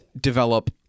develop